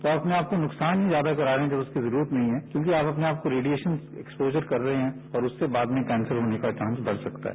तो अपने आप को नुकसान ही ज्यादा करा रहे हैं जब उसकी जरूरत नहीं है क्योंकि अपने आप को रेडिएशन एक्सपोजर कर रहे हैं और उससे बाद में कैंसर होने का चांस बढ़ सकता है